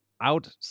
out